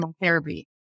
therapy